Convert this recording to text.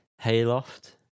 Hayloft